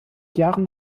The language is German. jahren